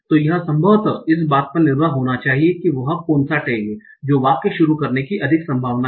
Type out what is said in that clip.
तो यह संभवतः इस बात पर निर्भर होना चाहिए कि वह कौन सा टैग है जो वाक्य शुरू करने की अधिक संभावना है